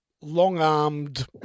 long-armed